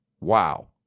wow